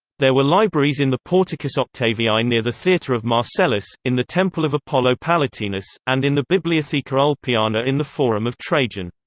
there were libraries in the porticus octaviae near the theatre of marcellus, in the temple of apollo palatinus, and in the bibliotheca ulpiana in the forum of trajan.